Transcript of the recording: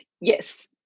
Yes